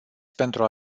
pentru